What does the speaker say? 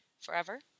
forever